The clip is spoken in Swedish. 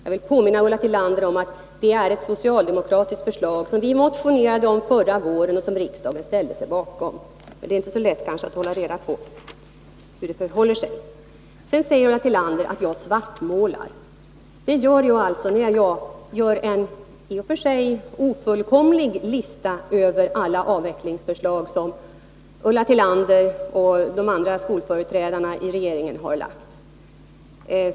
Jag vill påminna Ulla Tillander om att stimulansbidraget var ett socialdemokratiskt förslag, som vi motionerade om förra våren och som riksdagen ställde sig bakom. Men det är kanske inte så lätt att hålla reda på hur det förhåller sig. Ulla Tillander säger att jag svartmålar, när jag redogör för en — i och för sig ofullkomlig — lista över de avvecklingsförslag som Ulla Tillander och de andra skolföreträdarna i regeringen har lagt fram.